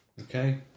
Okay